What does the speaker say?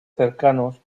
cercanos